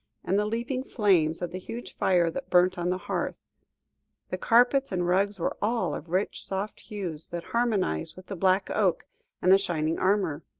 and the leaping flames of the huge fire that burnt on the hearth the carpets and rugs were all of rich soft hues, that harmonised with the black oak and the shining armour,